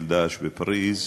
של "דאעש" בפריז,